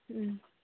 ꯎꯝ